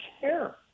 care